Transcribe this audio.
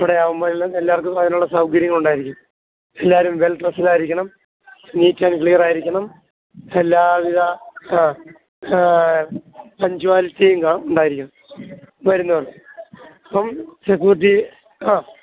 ഇവിടെയാകുമ്പോള് എല്ല എല്ലാവർക്കും അതിനുള്ള സൗകര്യങ്ങളുണ്ടായിരിക്കും എല്ലാവരും വെൽ ഡ്രെസ്ഡാരിക്കണം നീറ്റ് ആൻഡ് ക്ലിയറായിരിക്കണം എല്ലാവിധ പങ്ക്ചുവാലിറ്റി ഉണ്ടായിരിക്കണം വരുന്നവർ അപ്പോള് സെക്യൂരിറ്റി